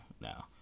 Now